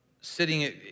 sitting